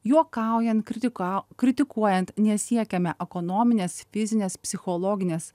juokaujant kritikau kritikuojant nesiekiame ekonominės fizinės psichologinės